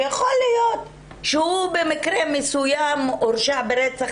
שיכול להיות שבמקרה מסוים הורשע ברצח,